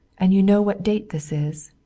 and you know what date this is?